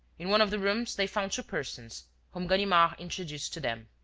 in one of the rooms they found two persons, whom ganimard introduced to them.